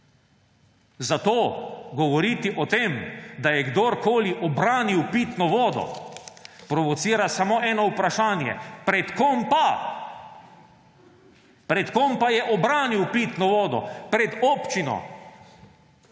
Zato govoriti o tem, da je kdorkoli obranil pitno vodo, provocira samo eno vprašanje – Pred kom pa? Pred kom pa je obranil pitno vodo? Pred občino?